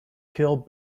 kill